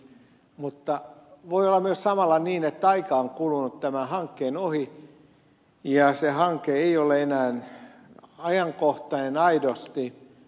mutta voi olla myös samalla niin että aika on kulunut tämän hankkeen ohi ja se hanke ei ole enää ajankohtainen aidosti